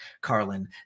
Carlin